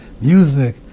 music